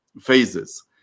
phases